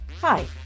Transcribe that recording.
Hi